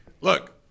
Look